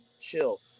chill